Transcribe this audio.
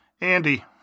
Andy